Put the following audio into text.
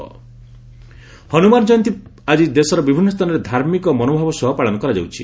ହନୁମାନ ଜୟନ୍ତୀ ହନୁମାନ ଜୟନ୍ତୀ ଆଜି ଦେଶର ବିଭିନ୍ନ ସ୍ଥାନରେ ଧାର୍ମିକ ମନୋଭାବ ସହ ପାଳନ କରାଯାଉଛି